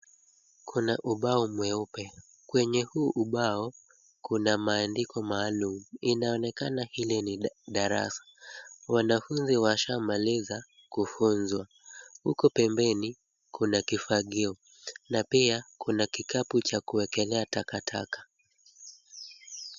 Kuna ubao mweupe. Kwenye huu ubao kuna maandiko maalum. Inaonekana hili ni darasa. Wanafunzi washamaliza kufunzwa. Huko pembeni kuna kifagio na pia kuna kikapu cha kuekelea takataka.